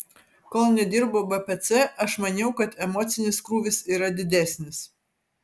kol nedirbau bpc aš maniau kad emocinis krūvis yra didesnis